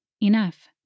Enough